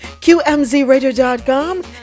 QMZRadio.com